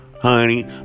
Honey